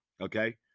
okay